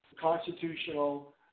constitutional